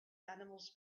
animals